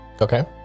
Okay